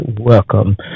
welcome